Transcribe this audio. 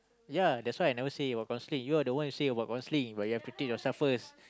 ya that's why I never say about counselling you are the one who say about counselling but you have to teach yourself first